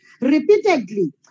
repeatedly